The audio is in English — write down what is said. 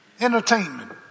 Entertainment